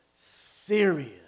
serious